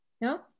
No